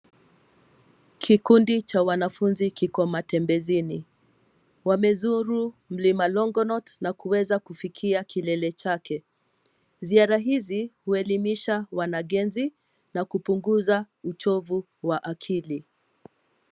Kikundi cha wanafunzi kiko matembezini. Wamezuru mlima Longonot na kuweza kufikia kilele chake. Ziara hizi huelimisha wanagenzi na kupunguza uchovu wa akili.